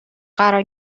قرار